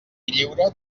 lliure